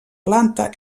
planta